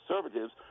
conservatives